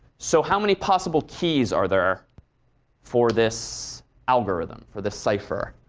so how many possible keys are there for this algorithm, for this cipher?